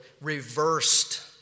reversed